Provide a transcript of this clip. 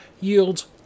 yields